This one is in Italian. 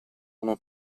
una